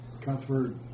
Comfort